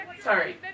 Sorry